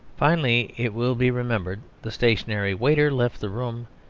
finally, it will be remembered the stationary waiter left the room,